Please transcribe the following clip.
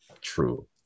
true